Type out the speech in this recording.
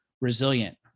resilient